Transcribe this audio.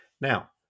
Now